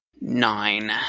Nine